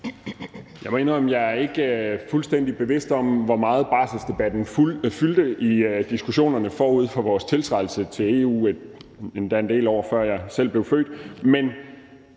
jeg ikke er fuldstændig bevidst om, hvor meget barselsdebatten fyldte i diskussionerne forud for vores tiltrædelse til EU, som endda var en del år, før jeg selv blev født,